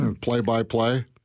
play-by-play